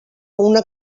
una